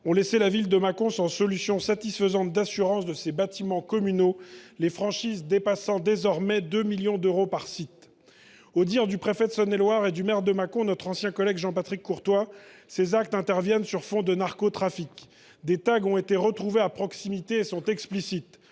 ont laissé la ville de Mâcon sans solution satisfaisante pour assurer ses bâtiments communaux, les franchises dépassant désormais 2 millions d’euros par site. Aux dires du préfet de Saône et Loire et du maire de Mâcon, notre ancien collègue Jean Patrick Courtois, ces actes interviennent sur fond de narcotrafic. Les tags retrouvés à proximité des événements sont explicites